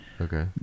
Okay